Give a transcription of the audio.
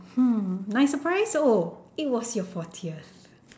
hmm nice surprise oh it was your fortieth